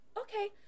Okay